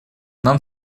нам